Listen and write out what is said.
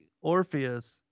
Orpheus